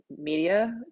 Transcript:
media